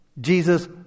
Jesus